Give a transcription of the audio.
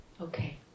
Okay